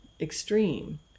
extreme